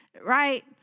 right